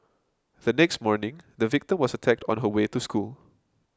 the next morning the victim was attacked on her way to school